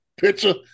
picture